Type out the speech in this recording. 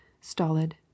stolid